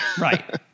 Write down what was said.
Right